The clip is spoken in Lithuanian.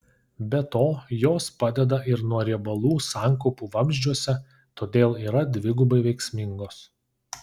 be to jos padeda ir nuo riebalų sankaupų vamzdžiuose todėl yra dvigubai veiksmingos